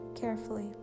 carefully